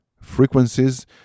frequencies